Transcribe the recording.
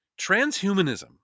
Transhumanism